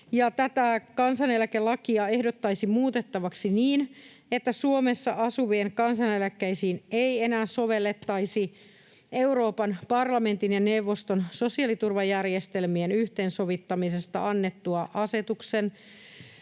Tätä kansaneläkelakia ehdotettaisiin muutettavaksi niin, että Suomessa asuvien kansaneläkkeisiin ei enää sovellettaisi Euroopan parlamentin ja neuvoston sosiaaliturvajärjestelmien yhteensovittamisesta annetun asetuksen